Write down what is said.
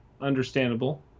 understandable